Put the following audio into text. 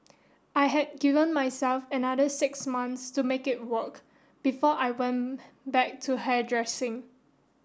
I had given myself another six months to make it work before I went back to hairdressing